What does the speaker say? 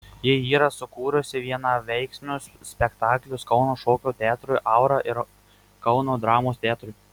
ji yra sukūrusi vienaveiksmius spektaklius kauno šokio teatrui aura ir kauno dramos teatrui